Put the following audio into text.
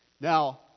Now